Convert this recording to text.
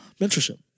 Mentorship